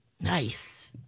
Nice